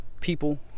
people